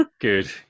good